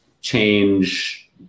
change